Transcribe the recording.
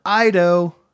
Ido